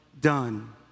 done